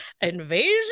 invasion